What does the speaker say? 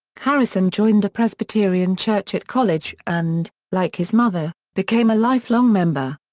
harrison joined a presbyterian church at college and, like his mother, became a lifelong member.